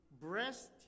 breast